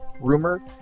rumor